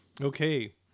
okay